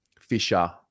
Fisher